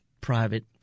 private